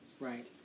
Right